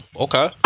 okay